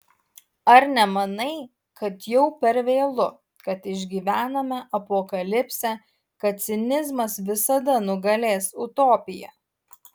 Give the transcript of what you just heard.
ar nemanai kad jau per vėlu kad išgyvename apokalipsę kad cinizmas visada nugalės utopiją